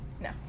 No